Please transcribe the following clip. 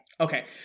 Okay